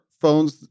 phones